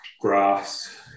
grass